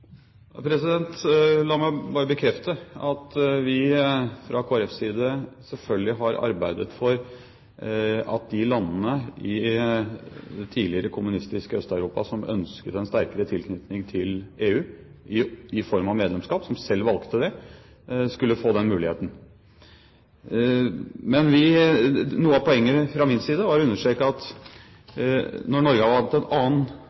La meg bare bekrefte at vi fra Kristelig Folkepartis side selvfølgelig har arbeidet for at de landene i det tidligere kommunistiske Øst-Europa som ønsket, og som selv valgte en sterkere tilknytning til EU i form av medlemskap, skulle få den muligheten. Men noe av poenget fra min side var å understreke at når Norge har valgt en annen